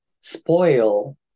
spoil